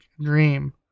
dream